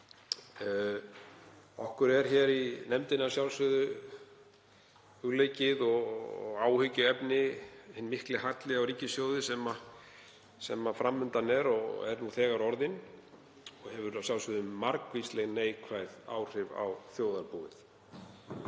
Okkur í nefndinni er að sjálfsögðu hugleikið áhyggjuefni hinn mikli halli á ríkissjóði sem fram undan er og er nú þegar orðinn og hefur að sjálfsögðu margvísleg neikvæð áhrif á þjóðarbúið.